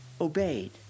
obeyed